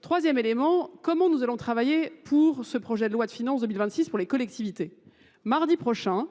Troisième élément, comment nous allons travailler pour ce projet de loi de finances de 2026 pour les collectivités ? Mardi prochain,